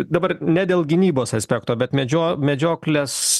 dabar ne dėl gynybos aspekto bet medžio medžioklės